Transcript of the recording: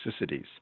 toxicities